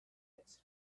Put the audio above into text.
its